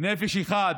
נפש אחת,